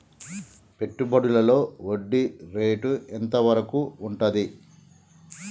పెట్టుబడులలో వడ్డీ రేటు ఎంత వరకు ఉంటది?